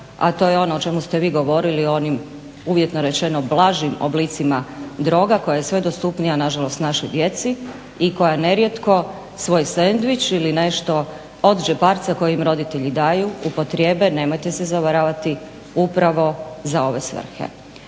a to je ono o čemu ste vi govorili o onim uvjetno rečenim blažim oblicima droga koja je sve dostupnija nažalost našoj djeci i koja nerijetko svoj sendvič ili nešto od džeparca koji im roditelji daju upotrijebe, nemojte se zavaravati, upravo za ove svrhe.